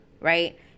right